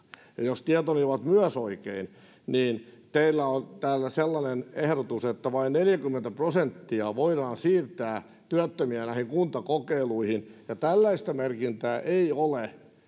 ja jos tietoni ovat myös oikein niin teillä on täällä sellainen ehdotus että vain neljäkymmentä prosenttia voidaan siirtää työttömiä näihin kuntakokeiluihin ja tällaista merkintää ei ole